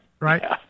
Right